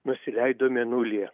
nusileido mėnulyje